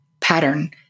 pattern